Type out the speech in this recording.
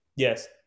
Yes